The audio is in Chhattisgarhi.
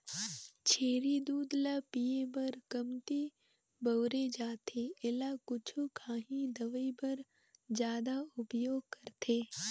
छेरी दूद ल पिए बर कमती बउरे जाथे एला कुछु काही दवई बर जादा उपयोग करथे